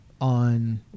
on